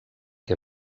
què